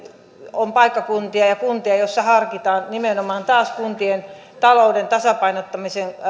on paikkakuntia ja kuntia joissa harkitaan nimenomaan taas kuntien talouden tasapainottamisen